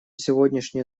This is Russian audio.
сегодняшнее